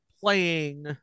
playing